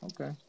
Okay